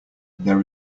there